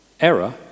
error